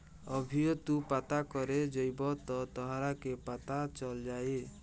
अभीओ तू पता करे जइब त तोहरा के पता चल जाई